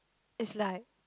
is like